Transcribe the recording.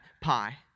pie